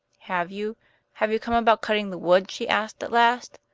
have you have you come about cutting the wood? she asked at last.